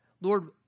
Lord